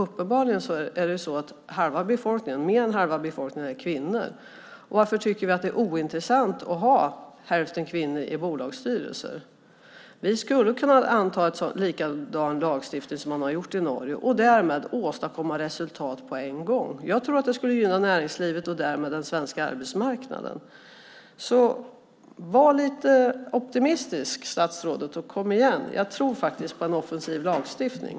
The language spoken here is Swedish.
Uppenbarligen är mer än halva befolkningen kvinnor. Varför är det ointressant att ha hälften kvinnor i bolagsstyrelser? Vi skulle kunna anta en likadan lagstiftning som i Norge och därmed åstadkomma resultat på en gång. Jag tror att det skulle gynna näringslivet och därmed den svenska arbetsmarknaden. Var lite optimistisk, statsrådet, och kom igen. Jag tror faktiskt på en offensiv lagstiftning.